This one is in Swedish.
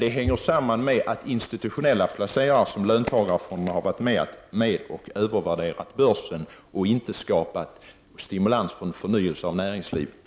Det hänger samman med att institutionella placerare såsom löntagarfonderna har varit med och övervärderat börsen i stället för att skapa stimulans för en förnyelse av näringslivet.